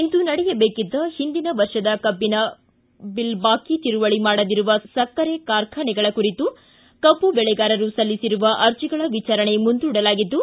ಇಂದು ನಡೆಯಬೇಕಿದ್ದ ಹಿಂದಿನ ವರ್ಷದ ಕಬ್ಬಿನ ಬಿಲ್ ಬಾಕಿ ತೀರುವಳಿ ಮಾಡದಿರುವ ಸಕ್ಕರೆ ಕಾರ್ಖಾನೆಗಳ ಕುರಿತು ಕಬ್ಬು ಬೆಳೆಗಾರರು ಸಲ್ಲಿಸಿರುವ ಅರ್ಜಿಗಳ ವಿಚಾರಣೆ ಮುಂದೂಡಲಾಗಿದ್ದು